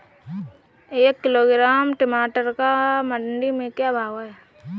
एक किलोग्राम टमाटर का मंडी में भाव क्या है?